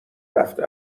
رفته